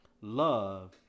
Love